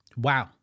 Wow